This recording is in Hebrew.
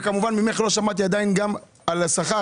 כמובן ממך לא שמעתי עדיין גם על השכר,